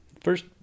First